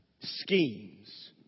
schemes